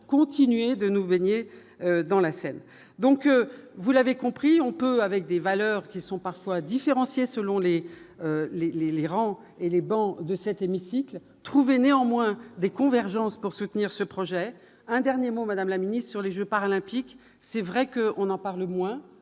continuez de nous dans la Seine, donc vous l'avez compris on peut avec des valeurs qui sont parfois différencié selon les, les, les, les grands et les bancs de cet hémicycle trouver néanmoins des convergences pour soutenir ce projet, un dernier mot, Madame la Ministre, sur les Jeux paralympiques, c'est vrai que on en parle moins,